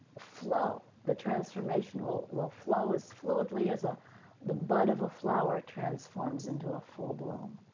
flow, the transformation will will flow as fluidly as ah the bud of a flower transforms into a full bloom,